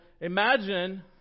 imagine